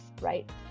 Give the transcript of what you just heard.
right